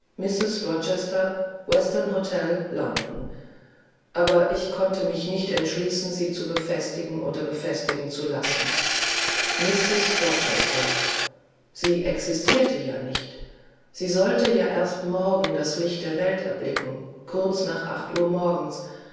aber ich konnte mich nicht entschließen sie zu befestigen oder befestigen zu lassen mrs rochester sie existierte ja nicht sie sollte ja erst morgen das licht der welt erblicken kurz nach acht uhr morgens